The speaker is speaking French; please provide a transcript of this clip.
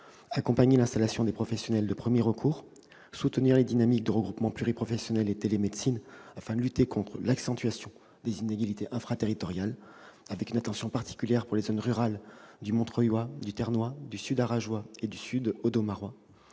accompagner l'installation des professionnels de premier recours et soutenir les dynamiques de regroupements pluriprofessionnels et de télémédecine, afin de lutter contre l'accentuation des inégalités infra-territoriales- à ce titre, une attention particulière est portée aux zones rurales du Montreuillois, du Ternois, du sud-Arrageois et du sud-Audomarois